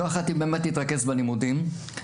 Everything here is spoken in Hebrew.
לא יכולתי להתרכז בלימודים,